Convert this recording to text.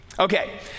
Okay